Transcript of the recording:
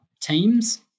teams